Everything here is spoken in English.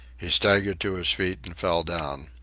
he staggered to his feet and fell down.